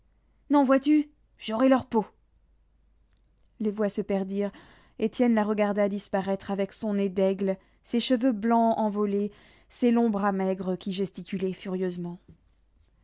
non vois-tu j'aurai leur peau les voix se perdirent étienne la regarda disparaître avec son nez d'aigle ses cheveux blancs envolés ses longs bras maigres qui gesticulaient furieusement